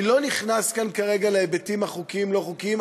אני לא נכנס כרגע להיבטים החוקים והלא-חוקיים,